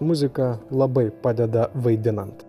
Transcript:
muzika labai padeda vaidinant